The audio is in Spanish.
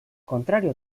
contrario